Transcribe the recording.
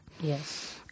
Yes